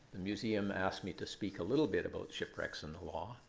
the museum asked me to speak a little bit about shipwrecks and the law.